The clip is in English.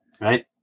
Right